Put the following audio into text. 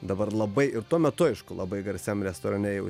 dabar labai ir tuo metu aišku labai garsiam restorane jau